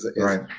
Right